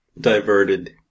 diverted